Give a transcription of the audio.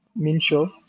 mincho